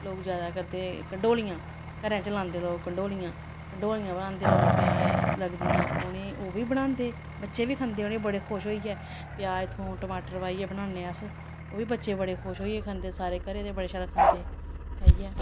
लोग ज्यादा करदे कंडोलियां घरें च लांदे लोग कंडोलियां कंडोलियां बनांदे लोग लगदियां उनेंगी ओह् बी बनांदे बच्चे बी खंदे उ'नेंगी बड़े खुश होइयै प्याज थोम टमाटर पाइयै बनान्ने अस ओह् बी बच्चे बड़े खुश होइयै खंदे सारे घरे दे बड़े शैल खंदे खाइयै